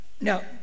Now